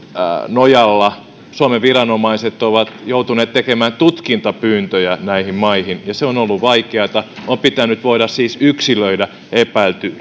nojalla suomen viranomaiset ovat joutuneet tekemään tutkintapyyntöjä näihin maihin ja se on ollut vaikeata on pitänyt voida siis yksilöidä epäilty